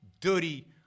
dirty